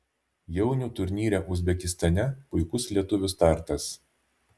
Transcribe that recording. jaunių turnyre uzbekistane puikus lietuvių startas